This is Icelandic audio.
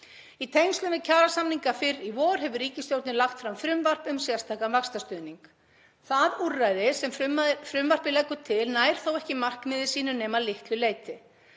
Í tengslum við gerð kjarasamninga fyrr í vor hefur ríkisstjórnin lagt fram frumvarp um sérstakan vaxtastuðning. Það úrræði sem frumvarpið leggur til nær þó ekki markmiði sínu, nema að litlu leyti.